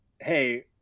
hey